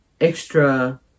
extra